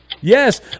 Yes